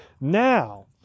now